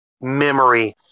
memory